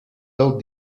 del